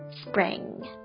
spring